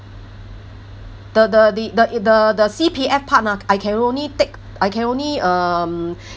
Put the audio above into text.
the the the the I~ the the C_P_F part ah I can only take I can only um